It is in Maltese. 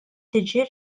tiġi